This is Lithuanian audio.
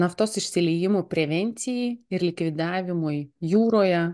ar naftos išsiliejimų prevencijai ir likvidavimui jūroje